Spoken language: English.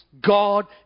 God